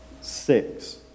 six